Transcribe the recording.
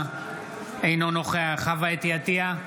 אינו נוכח חוה אתי עטייה,